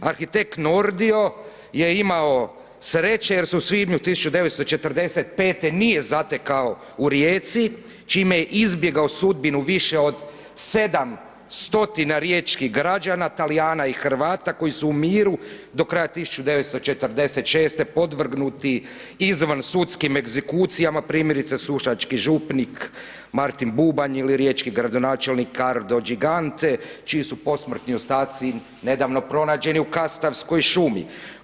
Arhitekt Nordio je imao sreće jer su u svibnju 1945. nije zatekao u Rijeci čime je izbjegao sudbinu više od 700 riječkih građana, Talijana i Hrvata koji su u miru do kraja 1946. podvrgnuti izvan sudskim egzekucijama primjerice sušački župnik Martin Bubanj ili riječki gradonačelnik Riccardo Gigante čiji su posmrtni ostaci nedavno pronađeni u Kastavskoj šumi.